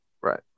Right